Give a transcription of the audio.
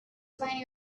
find